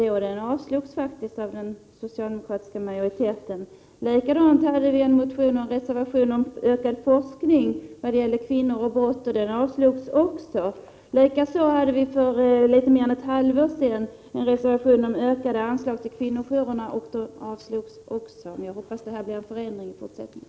Reservationen avslogs faktiskt av den socialdemokratiska majoriteten. Likadant hade vi en motion och en reservation om ökad forskning när det gällde kvinnor och brott. Dessa avslogs också. Likaså hadde vi för litet mer än ett halvår sedan en reservation om ökade anslag till kvinnojourerna. Även den reservationen avslogs. Jag hoppas att det blir en förändring i fortsättningen.